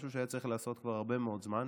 משהו שהיה צריך לעשות כבר לפני הרבה מאוד זמן.